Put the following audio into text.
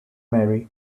marie